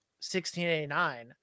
1689